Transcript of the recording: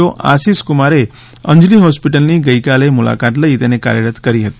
ઓ આશિષ કુમારે અંજલી હોસ્પિટલની ગઇકાલે હોસ્પિટલની મુલાકાત લઈ તેને કાર્યરત કરી હતી